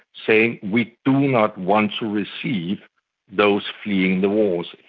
saying we do not want to receive those fleeing the wars.